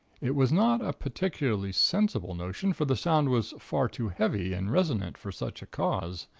it was not a particularly sensible notion, for the sound was far too heavy and resonant for such a cause.